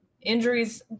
Injuries